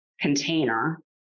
container